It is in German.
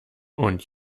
und